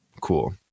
Cool